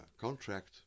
contract